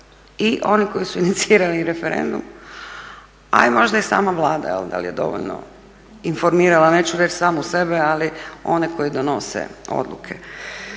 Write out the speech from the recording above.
i oni koji su inicirali referendum, a i možda i sama Vlada da li je dovoljno informirala neću reći samu sebe, ali one koji donose odluke.